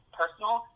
personal